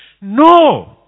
No